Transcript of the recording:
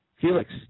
Felix